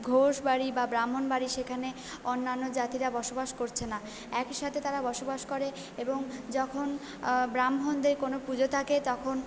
ঘোষবাড়ি বা ব্রাহ্মণ বাড়ি সেখানে অন্যান্য জাতিরা বসবাস করছে না একই সাথে তারা বসবাস করে এবং যখন ব্রাহ্মণদের কোনো পুজো থাকে তখন